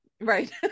Right